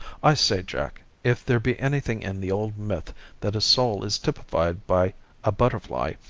i say, jack, if there be anything in the old myth that a soul is typified by a butterfly,